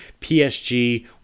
PSG